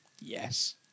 Yes